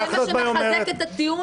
-- זה מה שמחזק את הטיעון יותר.